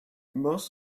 most